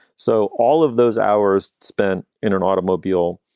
so all of those hours spent in an automobile